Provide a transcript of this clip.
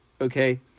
Okay